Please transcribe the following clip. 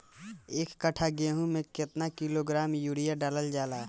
एक कट्टा गोहूँ में केतना किलोग्राम यूरिया डालल जाला?